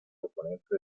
oponente